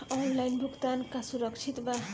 Online भुगतान का सुरक्षित बा?